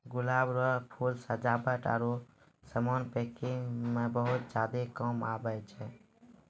गुलाब रो फूल सजावट आरु समान पैकिंग मे बहुत ज्यादा काम आबै छै